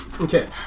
Okay